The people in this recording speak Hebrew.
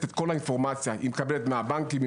את כל האינפורמציה היא מקבלת מהבנקים,